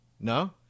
No